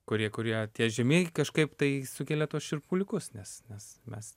kurie kurie tie žemi kažkaip tai sukelia tuos šiurpuliukus nes nes mes